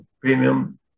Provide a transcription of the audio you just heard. premium